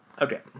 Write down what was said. Okay